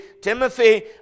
Timothy